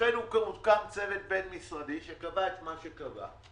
אכן הוקם צוות בין משרדי שקבע מה שקבע.